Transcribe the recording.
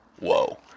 Whoa